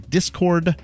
Discord